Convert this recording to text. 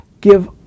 give